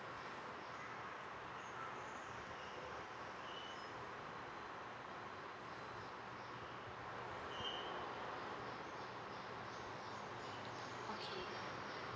okay